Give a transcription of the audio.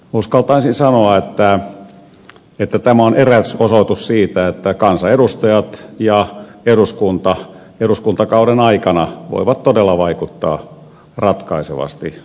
uskaltaisin sanoa että tämä on eräs osoitus siitä että kansanedustajat ja eduskunta eduskuntakauden aikana voivat todella vaikuttaa ratkaisevasti asioihin